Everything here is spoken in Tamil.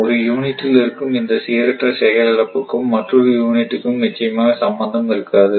ஒரு யூனிட்டில் நடக்கும் இந்த சீரற்ற செயல் இழப்புக்கும் மற்றொரு யூனிட்டுக்கும் நிச்சயமாக சம்பந்தம் இருக்காது